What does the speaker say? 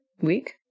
week